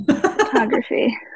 photography